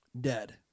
dead